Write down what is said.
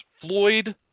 Floyd